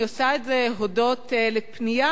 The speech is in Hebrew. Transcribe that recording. אני עושה את זה הודות לפנייה